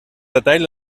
detall